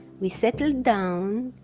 we settled down,